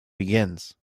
begins